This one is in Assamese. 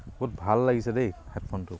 বহুত ভাল লাগিছে দেই হেডফোনটো